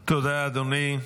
תודה, אדוני.